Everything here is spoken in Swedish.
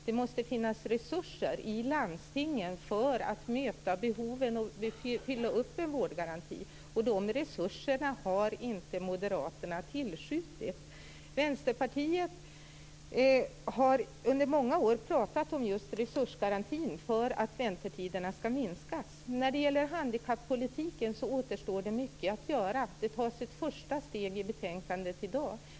Det måste finnas resurser i landstingen för att möta behoven och för att förverkliga en vårdgaranti. De resurserna har moderaterna inte tillskjutit. Vänsterpartiet har under många år pratat om just resursgarantin, som behövs för att väntetiderna skall kunna minskas. När det gäller handikappolitiken återstår mycket att göra. Det tas ett första steg i betänkandet i dag.